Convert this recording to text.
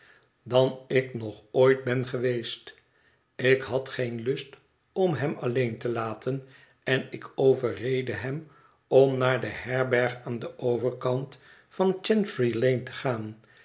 dan ik nog ooit ben geweest ik had geen lust om hem alleen te laten én ik overreedde hem om naar de herberg aan den overkant van chancerylane te gaan